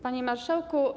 Panie Marszałku!